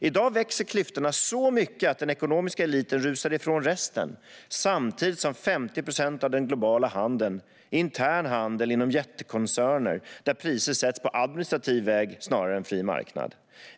I dag växer klyftorna så mycket att den ekonomiska eliten rusar ifrån resten samtidigt som 50 procent av den globala handeln är intern handel inom jättekoncerner, där priser sätts på administrativ väg snarare än genom en fri marknad.